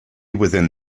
within